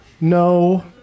No